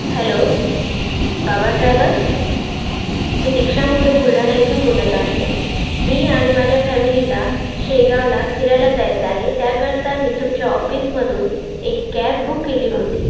hello Baba travels मी दिक्षा मोरे बुलढाणा येथून बोलत आहे मी आणि माझ्या फॅमिलीला शेगावला फिरायला जायचं आहे त्याकरता मी तुमच्या ऑफिसमधून एक कॅब बुक केली होती